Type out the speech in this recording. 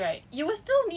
how to say like